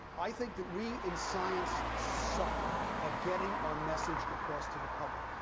i think that we in science suck at getting our message across to the public.